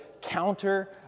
counter